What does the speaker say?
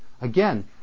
Again